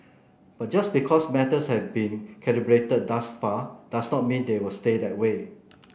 but just because matters have been calibrated thus far does not mean they will stay that way